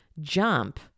jump